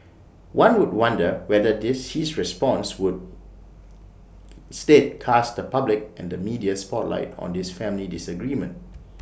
one would wonder whether this his response would instead cast the public and media spotlight on this family disagreement